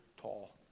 tall